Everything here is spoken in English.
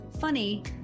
funny